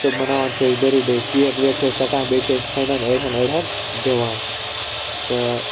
تہٕ مَناوان چھِ أسۍ بٔرتھ ڈے کیک ویک چھِ أسۍ ژَٹان بیٚیہِ چھِ أسۍ فرنٛڑن أڑہن أڑہن دِوان تہٕ